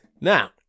Now